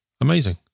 amazing